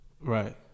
right